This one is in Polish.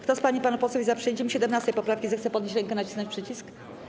Kto z pań i panów posłów jest za przyjęciem 17. poprawki, zechce podnieść rękę i nacisnąć przycisk.